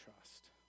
trust